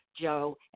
Joe